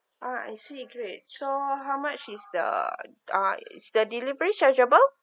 ah I see great so how much is the uh is the delivery chargeable